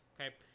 okay